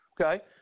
Okay